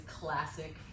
classic